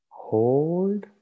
hold